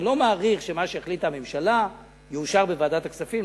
אני לא מעריך שמה שהחליטה הממשלה יאושר בוועדת הכספים,